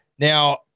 Now